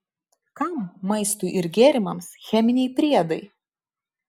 kam maistui ir gėrimams cheminiai priedai